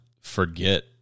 forget